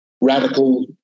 radical